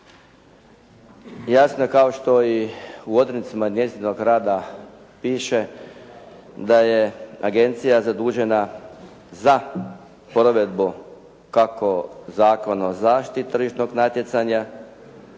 Jasno je kao što i u odrednicama njezinog rada piše da je agencija zadužena za provedbu kako Zakona o zaštiti tržišnog natjecanja,